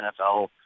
NFL